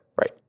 right